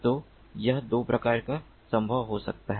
तो यह 2 प्रकार का हो सकता है